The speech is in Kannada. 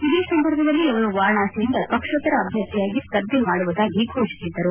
ಇದೇ ಸಂದರ್ಭದಲ್ಲಿ ಅವರು ವಾರಾಣಸಿಯಿಂದ ಪಕ್ಷೇತರ ಅಭ್ಯರ್ಥಿಯಾಗಿ ಸ್ವರ್ಧೆ ಮಾಡುವುದಾಗಿ ಘೋಷಿಸಿದ್ದರು